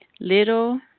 Little